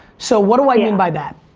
so what do i yeah mean by that?